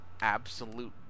absolute